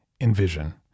envision